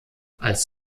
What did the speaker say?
als